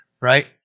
right